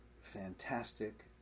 fantastic